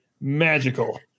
magical